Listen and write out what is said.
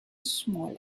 smaller